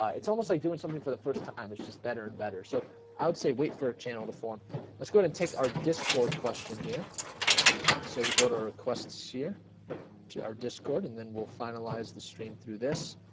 it's almost like doing something for the first time it's just better and better so i would say wait for a channel to form that's going to take our discord question here so we'll go to a requests here to our discord, and then we'll finalize the stream through this